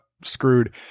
screwed